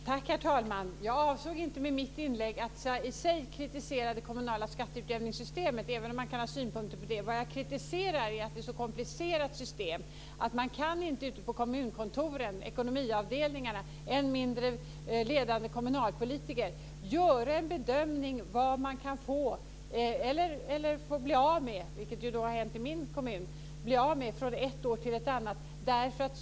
Herr talman! Jag avsåg inte med mitt inlägg att i sig kritisera det kommunala skatteutjämningssystemet, även om man kan ha synpunkter på det. Vad jag kritiserar är att det är ett så komplicerat system att inte kommunkontorens ekonomiavdelningar och än mindre ledande kommunalpolitiker kan göra en bedömning av vad de kan få eller kan bli av med - vilket har inträffat i min kommun - från ett år till ett annat.